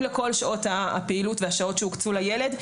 לכל שעות הפעילות והשעות שהוקצו לילד.